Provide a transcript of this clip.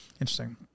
Interesting